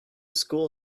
school